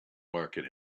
market